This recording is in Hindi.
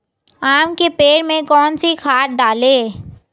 आम के पेड़ में कौन सी खाद डालें?